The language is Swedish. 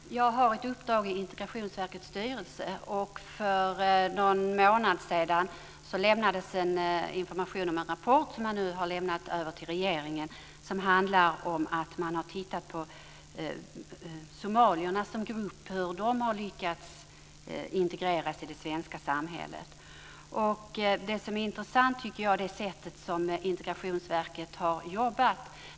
Herr talman! Jag har ett uppdrag i Integrationsverkets styrelse, och för någon månad sedan lämnades en information om en rapport som man nu har lämnat över till regeringen. I rapporten har man tittat på hur somalierna som grupp har lyckats integreras i det svenska samhället. Det som jag tycker är intressant är det sätt på vilket Integrationsverket har jobbat.